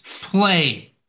play